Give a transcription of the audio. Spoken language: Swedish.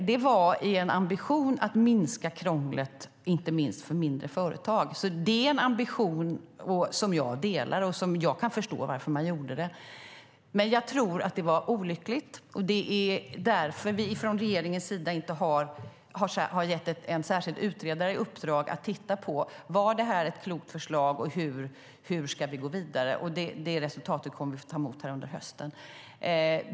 Det var i en ambition att minska krånglet, inte minst för mindre företag. Det är en ambition som jag delar, och jag förstår varför man gjorde det. Men jag tror att det var olyckligt. Det är därför vi från regeringen har gett en särskild utredare i uppdrag att se om det var ett klokt förslag och hur vi ska gå vidare. Resultatet av utredningen kommer vi att få ta emot under hösten.